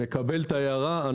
מקבל את ההערה.